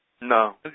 No